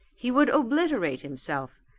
he would obliterate himself,